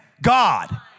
God